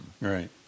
Right